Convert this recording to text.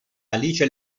alice